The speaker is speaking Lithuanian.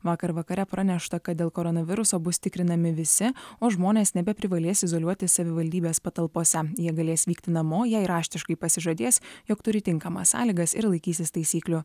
vakar vakare pranešta kad dėl koronaviruso bus tikrinami visi o žmonės nebeprivalės izoliuotis savivaldybės patalpose jie galės vykti namo jei raštiškai pasižadės jog turi tinkamas sąlygas ir laikysis taisyklių